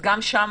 ולכן גם שם